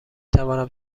توانم